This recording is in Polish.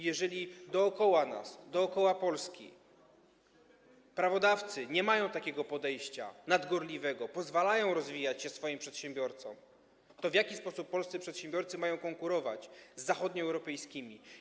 Jeżeli dookoła nas, dookoła Polski prawodawcy nie mają takiego nadgorliwego podejścia, pozwalają rozwijać się swoim przedsiębiorcom, to w jaki sposób polscy przedsiębiorcy mają konkurować z zachodnioeuropejskimi?